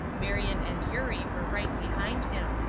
marion and eurie were right behind him.